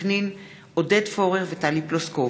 יעקב אשר ומיכל רוזין,